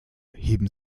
heben